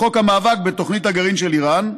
בחוק המאבק בתוכנית הגרעין של איראן,